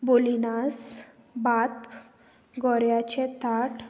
बोलिनास भात गोऱ्याचे ताट